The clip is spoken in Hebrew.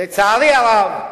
לצערי הרב,